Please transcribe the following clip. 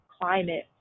climate